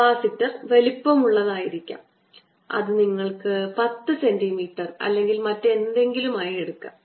capacitor വലുപ്പമുള്ളതായിരിക്കാം അത് നിങ്ങൾക്ക് 10 സെന്റീമീറ്റർ അല്ലെങ്കിൽ മറ്റെന്തെങ്കിലും ആയി എടുക്കാം